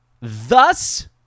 Thus